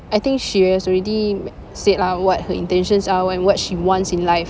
I think she has already said lah what her intentions are and what she wants in life